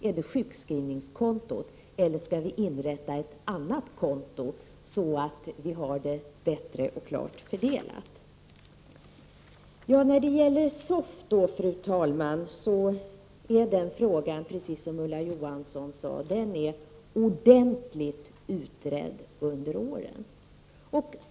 Skall sjukskrivningskontot ta hand om detta eller skall vi inrätta ett annat konto så att vi får en bättre och klarare fördelning? Fru talman! Frågan om SOFT har — precis som Ulla Johansson sade — blivit ordentligt utredd under åren.